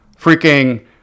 freaking